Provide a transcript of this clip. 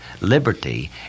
Liberty